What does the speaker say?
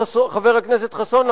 חבר הכנסת חסון,